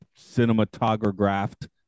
cinematographed